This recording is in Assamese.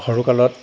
সৰুকালত